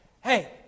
hey